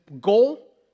goal